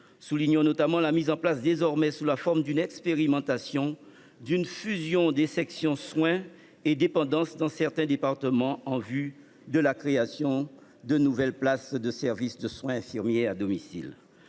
Soulignons notamment la mise en place, désormais sous la forme d’une expérimentation, d’une fusion des sections « soins » et « dépendances » dans certains départements, en vue de la création de nouvelles places de services de soins infirmiers à domicile.